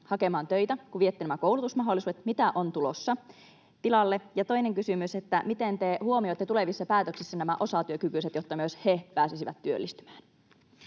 hakemaan töitä, kun viette nämä koulutusmahdollisuudet, ja mitä on tulossa tilalle? Ja toinen kysymys: miten te huomioitte tulevissa päätöksissä nämä osatyökykyiset, jotta myös he pääsisivät työllistymään?